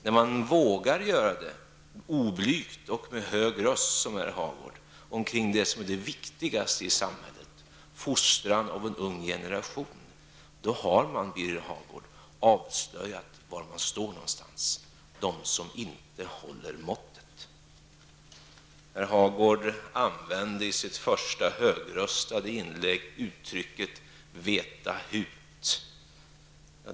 När man vågar göra det oblygt och med hög röst, som herr Hagård, kring det som är det viktigaste i samhället, fostran av en ung generation, då har man, Birger Hagård, avslöjat var man står -- de som ''inte håller måttet''. Herr Hagård använde i sitt första högröstade inlägg uttrycket veta hut.